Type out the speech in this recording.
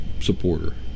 supporter